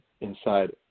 inside